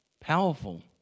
powerful